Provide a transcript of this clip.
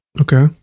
Okay